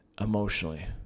emotionally